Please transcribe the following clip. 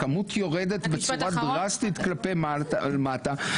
הכמות יורדת בצורה דרסטית כלפי מטה,